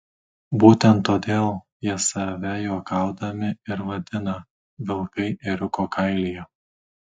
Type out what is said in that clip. būtent todėl jie save juokaudami ir vadina vilkai ėriuko kailyje